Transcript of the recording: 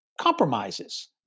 compromises